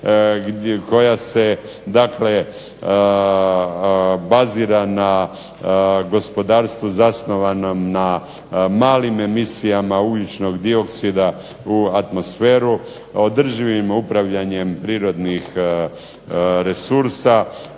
koja se dakle bazira na gospodarstvu zasnovanom na malim emisijama ugljičnog dioksida u atmosferu, održivim upravljanjem prirodnih resursa,